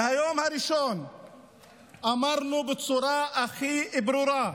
מהיום הראשון אמרנו בצורה הכי ברורה: